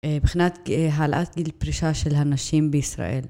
מבחינת העלאת גיל פרישה של הנשים בישראל.